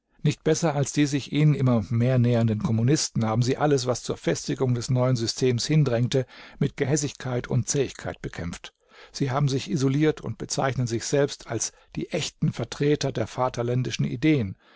nicht besser als die sich ihnen immer mehr nähernden kommunisten haben sie alles was zur festigung des neuen systems hindrängte mit gehässigkeit und zähigkeit bekämpft sie haben sich isoliert und bezeichnen sich selbst als die echten vertreter der vaterländischen ideen